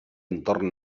entorn